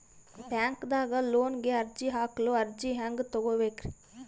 ಬ್ಯಾಂಕ್ದಾಗ ಲೋನ್ ಗೆ ಅರ್ಜಿ ಹಾಕಲು ಅರ್ಜಿ ಹೆಂಗ್ ತಗೊಬೇಕ್ರಿ?